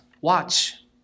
Watch